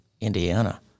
Indiana